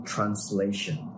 Translation